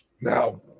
Now